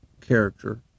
character